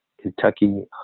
Kentucky